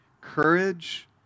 courage